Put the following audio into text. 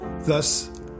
Thus